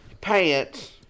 pants